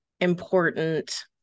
important